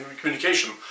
communication